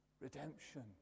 redemption